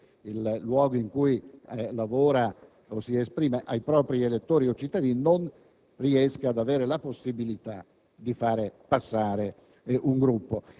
di poter far conoscere il luogo in cui lavora o si esprime ai propri elettori non riesca ad avere la possibilità